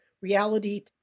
reality